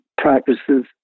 practices